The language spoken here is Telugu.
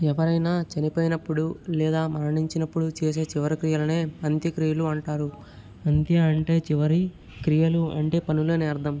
ఎవరైనా చనిపోయినప్పుడు లేదా మరణించినప్పుడు చేసే చివరి క్రియలనే అంత్యక్రియలు అంటారు అంత్య అంటే చివరి క్రియలు అంటే పనులని అర్ధం